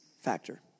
factor